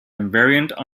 invariant